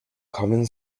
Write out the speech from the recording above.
common